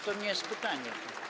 To nie jest pytanie.